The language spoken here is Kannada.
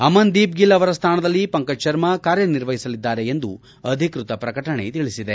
ಅಮನ್ ದೀಪ್ಗಿಲ್ ಅವರ ಸ್ಲಾನದಲ್ಲಿ ಪಂಕಜ್ ಶರ್ಮ ಕಾರ್ಯ ನಿರ್ವಹಿಸಲಿದ್ದಾರೆ ಎಂದು ಅಧಿಕೃತ ಪ್ರಕಟಣೆ ತಿಳಿಸಿದೆ